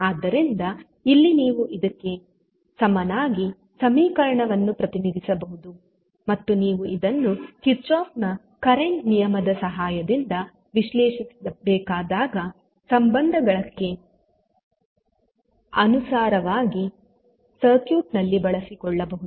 ಆದ್ದರಿಂದ ಇಲ್ಲಿ ನೀವು ಇದಕ್ಕೆ ಸಮನಾಗಿ ಸಮೀಕರಣವನ್ನು ಪ್ರತಿನಿಧಿಸಬಹುದು ಮತ್ತು ನೀವು ಇದನ್ನು ಕಿರ್ಚಾಫ್ ನ ಕರೆಂಟ್ Kirchoff's current ನಿಯಮದ ಸಹಾಯದಿಂದ ವಿಶ್ಲೇಷಿಸಬೇಕಾದ ಸಂದರ್ಭಗಳಕ್ಕೆ ಅನುಸಾರವಾಗಿ ಸರ್ಕ್ಯೂಟ್ ನಲ್ಲಿ ಬಳಸಿಕೊಳ್ಳಬಹುದು